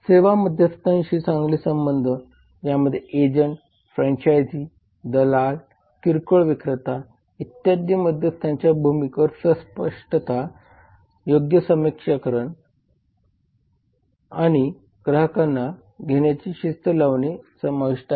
सेवा मध्यस्थांशी चांगले संबंध यामध्ये एजंट फ्रँचायझी दलाल किरकोळ विक्रेता इत्यादी मध्यस्थांच्या भूमिकांवर स्पष्टता योग्य सक्षमीकरण आणि ग्राहकांना घेण्याची शिस्त लावणे समाविष्ट आहे